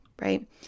right